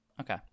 Okay